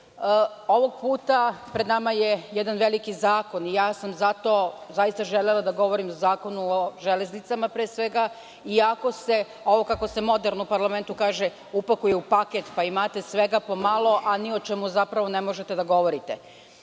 Ovog puta pred nama je jedan veliki zakon i zato sam želela da govorim o Zakonu o železnicama pre svega, iako se, ovo kako se moderno u parlamentu kaže, upakuje u paket, pa imate svega po malo, a ni o čemu zapravo ne možete da govorite. Misleći